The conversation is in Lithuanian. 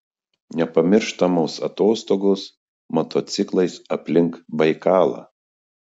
nepamirštamos atostogos motociklais aplink baikalą